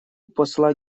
посла